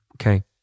Okay